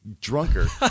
drunker